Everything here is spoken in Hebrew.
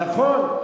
נכון,